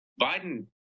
Biden